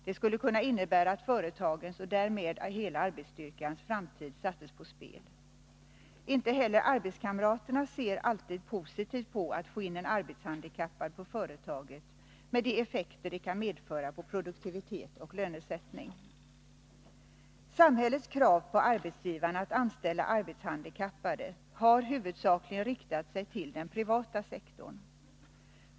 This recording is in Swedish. Det skulle kunna innebära att företagets och därmed hela arbetsstyrkans framtid sattes på spel. Inte heller arbetskamraterna ser alltid positivt på att få in en arbetshandikappad på företaget, med de effekter det kan medföra på produktivitet och lönesättning. Samhällets krav på arbetsgivarna att anställa arbetshandikappade har huvudsakligen riktat sig till den privata sektorn.